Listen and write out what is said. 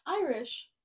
irish